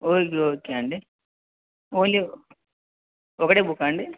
okay okay అండి only ఒకటే book అండి